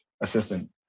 assistant